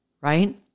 right